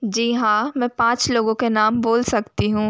जी हाँ मैं पाँच लोगों के नाम बोल सकती हूँ